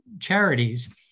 charities